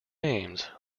names